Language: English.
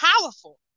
powerful